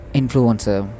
influencer